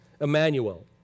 Emmanuel